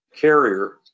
carrier